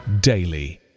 daily